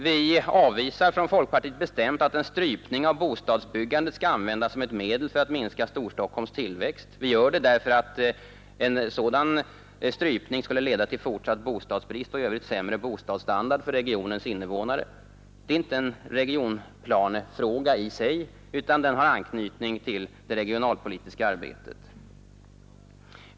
Vi avvisar från folkpartiet bestämt att en strypning av bostadsbyggandet skall användas som ett medel för att minska Storstockholms tillväxt. Vi gör det därför att en sådan strypning skulle leda till fortsatt bostadsbrist och sämre bostadsstandard för regionens invånare. Detta är inte en regionplanefråga i sig, utan den har anknytning till det regionalpolitiska arbetet.